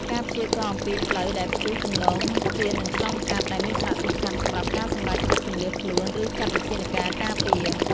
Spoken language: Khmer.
ការព្យាករណ៍អំពីផ្លូវដែលព្យុះទំនងជានឹងឆ្លងកាត់ ដែលមានសារៈសំខាន់សម្រាប់ការសម្រេចចិត្តជម្លៀសខ្លួន ឬចាត់វិធានការការពារ។